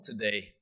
today